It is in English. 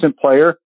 player